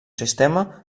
sistema